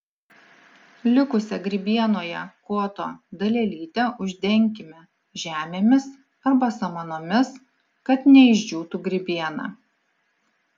likusią grybienoje koto dalelytę uždenkime žemėmis arba samanomis kad neišdžiūtų grybiena